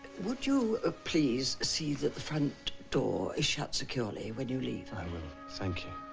would you ah please see that the front door is shut securely when you leave? i will. thank you